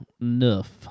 enough